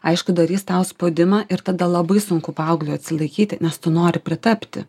aišku darys tau spaudimą ir tada labai sunku paaugliui atsilaikyti nes tu nori pritapti